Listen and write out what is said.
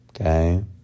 okay